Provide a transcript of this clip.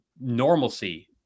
normalcy